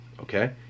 okay